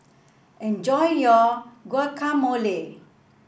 enjoy your Guacamole